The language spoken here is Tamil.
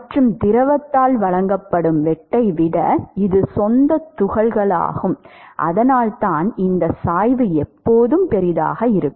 மற்றும் திரவத்தால் வழங்கப்படும் வெட்டை விட இது சொந்த துகள்களாகும் அதனால்தான் இந்த சாய்வு எப்போதும் பெரியதாக இருக்கும்